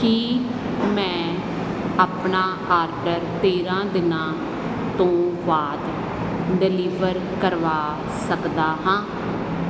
ਕੀ ਮੈਂ ਆਪਣਾ ਆਡਰ ਤੇਰਾਂ ਦਿਨਾਂ ਤੋਂ ਬਾਅਦ ਡਿਲੀਵਰ ਕਰਵਾ ਸਕਦਾ ਹਾਂ